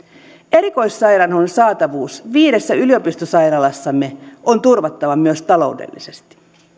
erikoissairaanhoidon saatavuus viidessä yliopistosairaalassamme on turvattava myös taloudellisesti